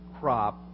crop